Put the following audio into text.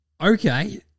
okay